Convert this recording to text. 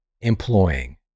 employing